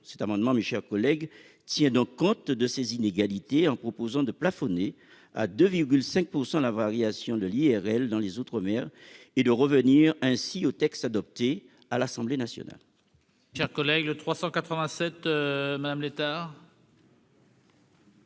Cet amendement tient donc compte de ces inégalités en visant à plafonner à 2,5 % la variation de l'IRL dans les outre-mer et à revenir ainsi au texte adopté à l'Assemblée nationale.